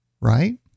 right